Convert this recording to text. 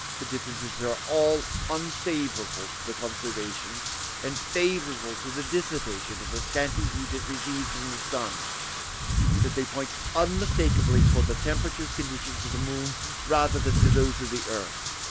the differences are all unfavourable to the conservation and favourable to the dissipation of the scanty heat it receives from the sun that they point unmistakeably towards the temperature conditions of the moon rather than to those of the earth,